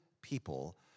people